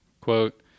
quote